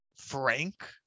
frank